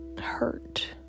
hurt